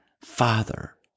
Father